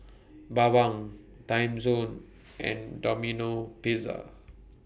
Bawang Timezone and Domino Pizza